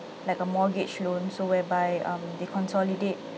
like a mortgage loan so whereby um they consolidate